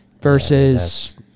versus